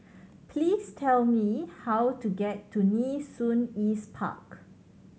please tell me how to get to Nee Soon East Park